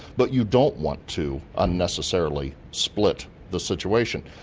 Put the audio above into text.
but you don't want to unnecessarily split the situation.